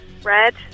Red